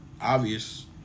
obvious